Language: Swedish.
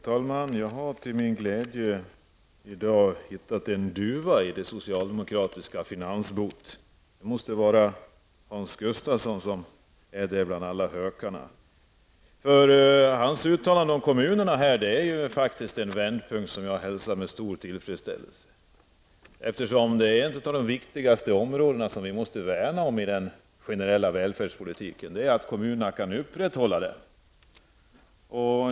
Herr talman! Till min glädje har jag i dag hittat en duva bland alla hökarna i det socialdemokratiska finansboet. Hans Gustafssons uttalande om kommunerna är en vändpunkt som jag hälsar med stor tillfredsställelse. Ett av de viktigaste områdena att värna om är ju att kommunerna kan upprätthålla sin del av den generella välfärdspolitiken.